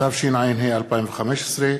התשע"ה 2015,